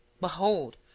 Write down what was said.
Behold